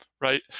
right